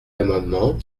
amendement